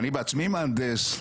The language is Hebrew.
אני בעצמי מהנדס,